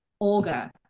olga